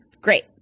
Great